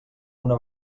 una